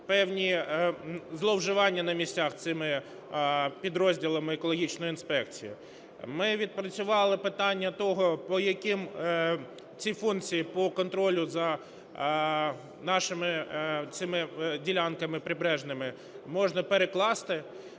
певні зловживання на місцях цими підрозділами екологічної інспекції. Ми відпрацювали питання того, по яким, ці функції по контролю за нашими цими ділянками прибережними, можна перекласти.